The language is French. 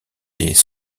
des